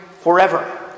forever